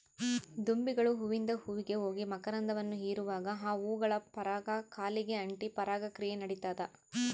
ದುಂಬಿಗಳು ಹೂವಿಂದ ಹೂವಿಗೆ ಹೋಗಿ ಮಕರಂದವನ್ನು ಹೀರುವಾಗೆ ಆ ಹೂಗಳ ಪರಾಗ ಕಾಲಿಗೆ ಅಂಟಿ ಪರಾಗ ಕ್ರಿಯೆ ನಡಿತದ